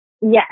Yes